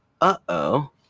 uh-oh